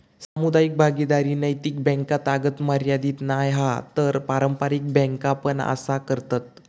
सामुदायिक भागीदारी नैतिक बॅन्कातागत मर्यादीत नाय हा तर पारंपारिक बॅन्का पण असा करतत